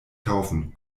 kaufen